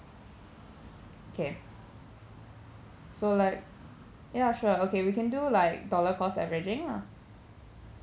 okay so like ya sure okay we can do like dollar cost averaging ah